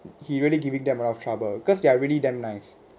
he really giving them a lot of trouble cause they are really damn nice